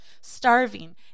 starving